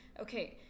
Okay